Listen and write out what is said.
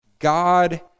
God